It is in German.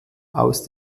aus